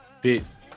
Peace